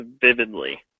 vividly